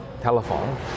telephone